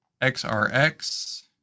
XRX